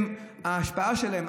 ההשפעה שלהם,